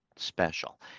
special